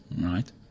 right